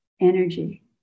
energy